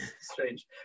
strange